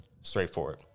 Straightforward